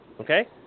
Okay